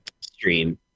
stream